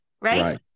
right